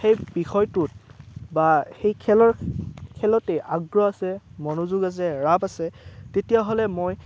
সেই বিষয়টোত বা সেই খেলৰ খেলতেই আগ্ৰহ আছে মনোযোগ আছে ৰাপ আছে তেতিয়াহ'লে মই